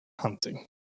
hunting